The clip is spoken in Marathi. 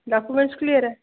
डॉक्युमेंट्स क्लिअर आहे